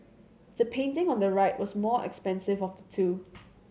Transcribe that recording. the painting on the right was more expensive of the two